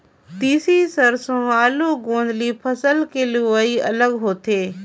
तिसी, सेरसों, आलू, गोदंली फसल के लुवई अलग होथे